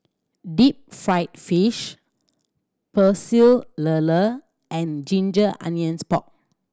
deep fried fish Pecel Lele and ginger onions pork